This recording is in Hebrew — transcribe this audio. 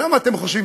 למה, אתם חושבים,